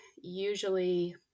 usually